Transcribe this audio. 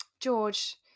George